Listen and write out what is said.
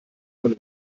von